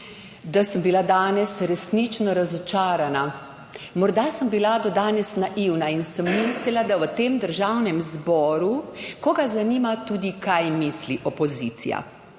da sem bila danes resnično razočarana, morda sem bila do danes naivna in sem mislila, da v tem Državnem zboru koga zanima tudi kaj misli opozicija.